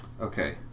okay